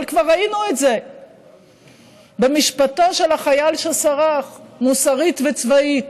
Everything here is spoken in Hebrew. אבל כבר ראינו את זה במשפטו של החייל שסרח מוסרית וצבאית,